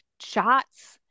shots